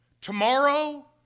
Tomorrow